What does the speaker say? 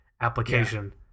application